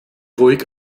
ruhig